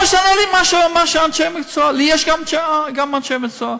לא משנה לי מה אנשי מקצוע, לי יש גם אנשי מקצוע.